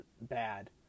bad